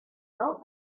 felt